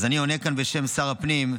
אז אני עונה כאן בשם שר הפנים: